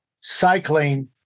cycling